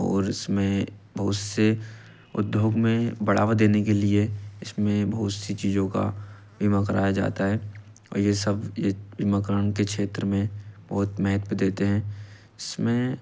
और इसमें बहुत से उद्योग में बढ़ावा देने के लिए इसमें बहुत सी चीज़ों का बीमा कराया जाता है और ये सब बीमाकरण के क्षेत्र में बहुत महत्व देते हैं इसमें